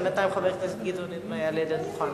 בינתיים חבר הכנסת גדעון עזרא יעלה על הדוכן.